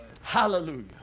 Hallelujah